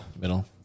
Middle